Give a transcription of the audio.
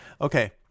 Okay